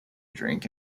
drink